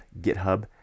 github